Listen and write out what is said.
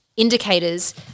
indicators